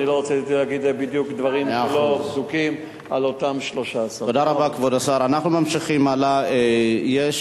אני לא רוצה להגיד בדיוק דברים לא בדוקים על אותם 13. מאה אחוז.